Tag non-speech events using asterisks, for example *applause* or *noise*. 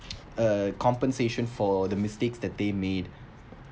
*noise* a compensation for the mistakes that they made